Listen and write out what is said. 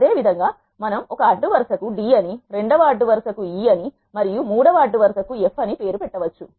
అదేవిధంగా మనం ఒక అడ్డు వరుస కు d అని2 వ అడ్డు వరుస కు e అని మరియు 3 వ అడ్డు వరుస కు f అని పేరు పెట్ట వచ్చు